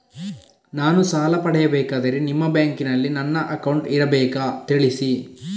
ನಾನು ಸಾಲ ಪಡೆಯಬೇಕಾದರೆ ನಿಮ್ಮ ಬ್ಯಾಂಕಿನಲ್ಲಿ ನನ್ನ ಅಕೌಂಟ್ ಇರಬೇಕಾ ತಿಳಿಸಿ?